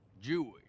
Jewish